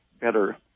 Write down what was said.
better